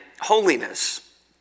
holiness